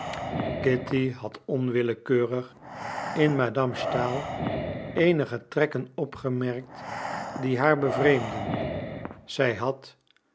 kitty had onwillekeurig in madame stahl eenige trekken opgemerkt die haar bevreemden zij had